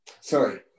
Sorry